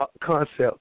concept